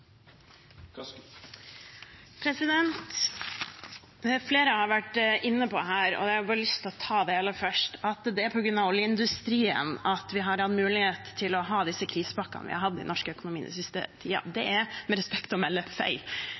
har vært inne på her, og jeg har bare lyst til å ta det aller først, at det er på grunn av oljeindustrien at vi har hatt mulighet til å ha disse krisepakkene vi har hatt i norsk økonomi den siste tiden. Det er med respekt